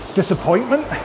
disappointment